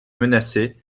menacer